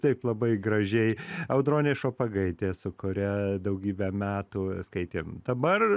taip labai gražiai audronė šopagaitė su kuria daugybę metų skaitėm dabar